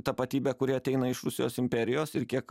tapatybę kuri ateina iš rusijos imperijos ir kiek